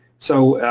so,